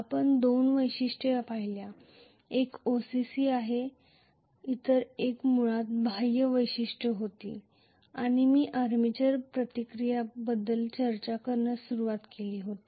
आपण दोन वैशिष्ट्ये पाहिल्या एक OCC आहे इतर एक मुळात बाह्य वैशिष्ट्ये होती आणि मी आर्मेचर प्रतिक्रियाबद्दल चर्चा करण्यास सुरुवात केली होती